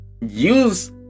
use